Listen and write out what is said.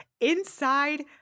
inside